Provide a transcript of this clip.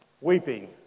weeping